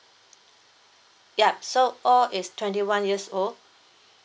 yup so all is twenty one years old